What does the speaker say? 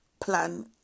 Plan